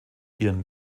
ihren